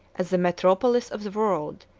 as the metropolis of the world,